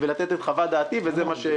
אחד חלקי 12 הוא תקציב המדינה.